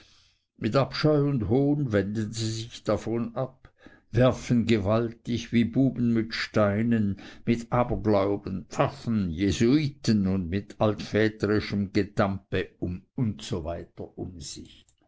mit abscheu und hohn wenden sie sich davon ab werfen gewaltig wie buben mit steinen mit aberglauben pfaffen jesuiten und altväterischem gedampe usw um sich